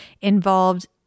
involved